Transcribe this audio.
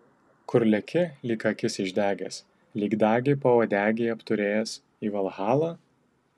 kur leki lyg akis išdegęs lyg dagį pauodegy apturėjęs į valhalą